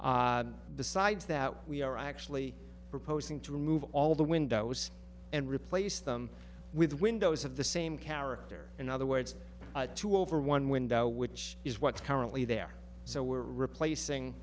the sides that we are actually proposing to remove all the windows and replace them with windows of the same character in other words two over one window which is what's currently there so we're replacing